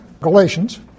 Galatians